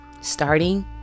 Starting